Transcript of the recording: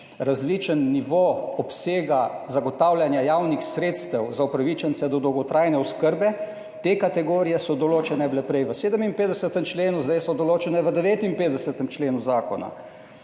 različen nivo obsega zagotavljanja javnih sredstev za upravičence do dolgotrajne oskrbe, te kategorije so določene bile prej v 57. členu, zdaj so določene v 59. členu zakona